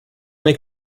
make